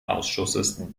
ausschusses